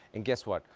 and guess what,